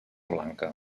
blanca